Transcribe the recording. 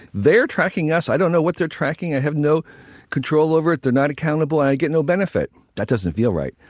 they're tracking us, i don't know what they're tracking, i have no control over it, they're not accountable, and i get no benefit. that doesn't feel right,